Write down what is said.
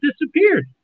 disappeared